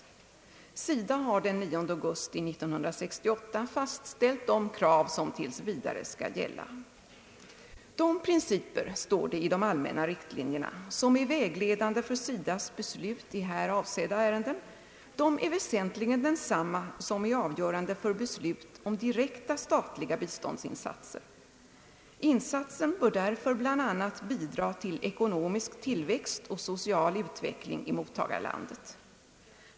SIDA har den 9 augusti 1968 fastställt de krav som tills vidare skall gälla. De principer, står det i de allmänna riktlinjerna, som är vägledande för SIDA:s beslut i här avsedda ärenden, är väsentligen desamma som är avgörande för beslut om direkta statliga biståndsinsatser. Insatsen bör därför bl.a. bidra till ekonomisk tillväxt och social utveckling i mottagarlandet.